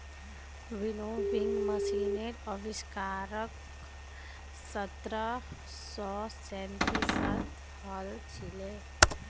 winnowing मशीनेर आविष्कार सत्रह सौ सैंतीसत हल छिले